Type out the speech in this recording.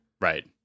right